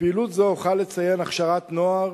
בפעילות זו אוכל לציין הכשרת נוער,